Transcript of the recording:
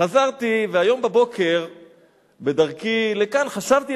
חזרתי והיום בבוקר בדרכי לכאן חשבתי